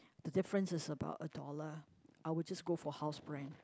the differences is about a dollar I'll just go for house brand